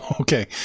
okay